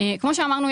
כמו שאמרנו,